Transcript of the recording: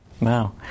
Wow